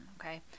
Okay